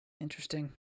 interesting